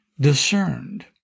discerned